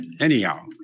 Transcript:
anyhow